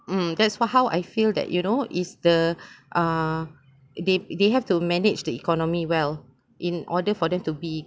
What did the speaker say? mm that's what how I feel that you know is the uh they they have to manage the economy well in order for them to be